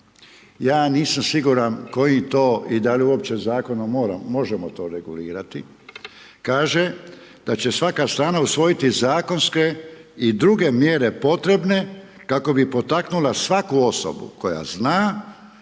ja nisam siguran, kojim to i da li uopće zakonom možemo to regulirati, kaže, da će svaka strana usvojiti zakonske i druge mjere potrebne kako bi potaknula svaku osobu, koja zna